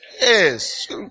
Yes